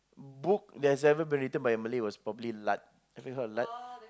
book that's ever been written by a Malay was probably Lard have you heard of Lard